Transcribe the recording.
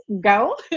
go